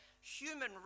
human